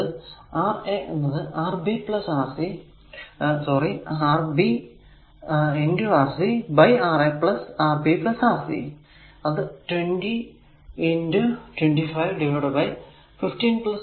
അപ്പോൾ അത് Ra എന്നത് Rb Rc sorry Rb Rc by R Rb Rc